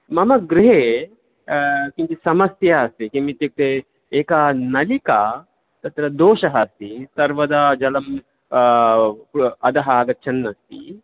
मम गृहे किञ्चित् समस्या अस्ति किमित्युक्ते एका नलिका तत्र दोषः अस्ति सर्वदा जलं अधः आगच्छन्नस्ति